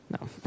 no